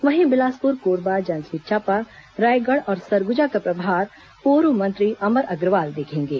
वहीं बिलासपुर कोरबा जांजगीर चांपा रायगढ़ और सरग्जा का प्रभार पूर्व मंत्री अमर अग्रवाल देखेंगे